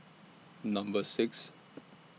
Number six